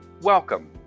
Welcome